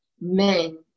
men